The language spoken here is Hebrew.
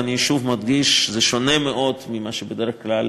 ואני שוב מדגיש: זה שונה מאוד ממה שבדרך כלל